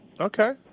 Okay